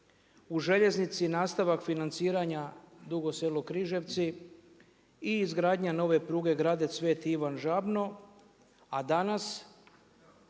U željeznici nastavak financiranja Dugo Selo-Križevci i izgradnja nove pruge Gradec, Sv. Ivan Žabno. A danas